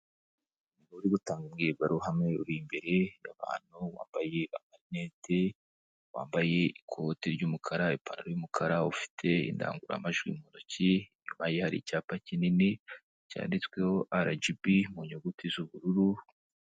Uri gutanga Imbwirwaruhame uri imbere yabantu, wambaye amalite, wambaye ikoti ry'umukara, ipantaro y'umukara, ufite indangururamajwi mu ntoki, inyuma yari icyapa kinini cyanditsweho RGB mu nyuguti z'ubururu.